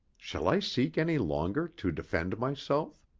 shall i seek any longer to defend myself?